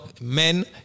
men